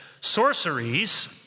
sorceries